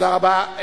תודה רבה.